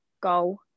goal